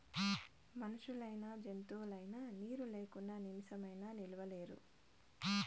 మనుషులైనా జంతువులైనా నీరు లేకుంటే నిమిసమైనా నిలువలేరు